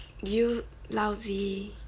you lousy